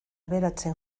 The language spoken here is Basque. aberatsen